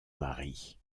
mari